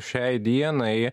šiai dienai